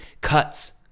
cuts